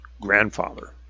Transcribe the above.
grandfather